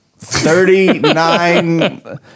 Thirty-nine